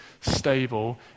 stable